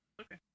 Okay